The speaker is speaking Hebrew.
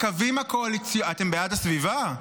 אתם בעד הסביבה?